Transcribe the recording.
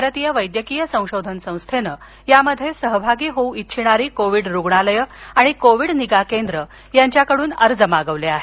भारतीय वैद्यकीय संशोधन संस्थेनं यात सहभागी होऊ इच्छिणारी कोविड रुग्णालय् आणि कोविड निगा केंद्र यांच्याकडून अर्ज मागवले आहेत